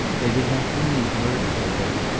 they did not mean to murder her, then.